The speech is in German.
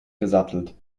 gesattelt